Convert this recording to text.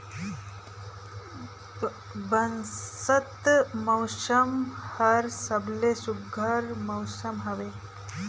बंसत मउसम हर सबले सुग्घर मउसम हवे